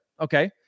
Okay